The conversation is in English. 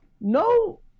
no